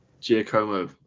Giacomo